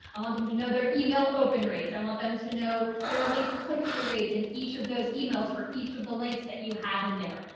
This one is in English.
i want them to know their email open rates. i want them to know their link, click through rates in each of those emails. for each of the links that you have in there,